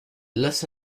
los